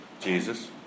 Jesus